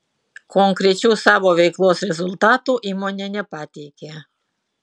konkrečių savo veiklos rezultatų įmonė nepateikė